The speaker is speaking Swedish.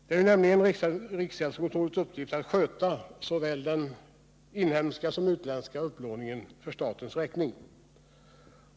Det är riksgäldskontorets uppgift att sköta såväl den inhemska som den utländska upplåningen för statens räkning.